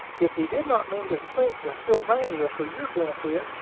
if he did not mean to sink the sylvania for your benefit,